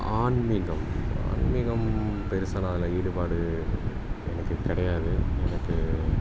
ஆன்மீகம் ஆன்மீகம் பெருசாக நான் அதில் ஈடுபாடு எனக்கு கிடையாது எனக்கு